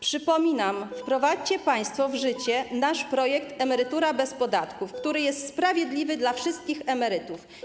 Przypominam, wprowadźcie państwo w życie nasz projekt emerytura bez podatku, który jest sprawiedliwy dla wszystkich emerytów.